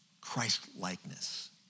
Christ-likeness